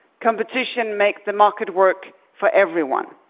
competition makes the market work for everyone.